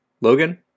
Logan